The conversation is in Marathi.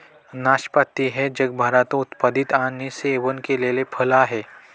नाशपाती हे जगभरात उत्पादित आणि सेवन केलेले फळ आहे